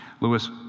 Lewis